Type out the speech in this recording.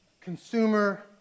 consumer